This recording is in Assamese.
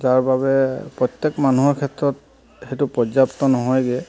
যাৰ বাবে প্ৰত্যেক মানুহৰ ক্ষেত্ৰত সেইটো পৰ্যাপ্ত নহয়গৈ